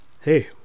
hey